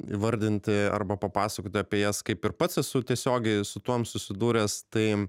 įvardinti arba papasakoti apie jas kaip ir pats esu tiesiogiai su tuom susidūręs tai